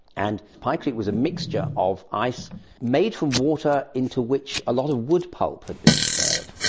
and pykrete was a mixture of ice made from water into which a lot of wood pulp had been stirred,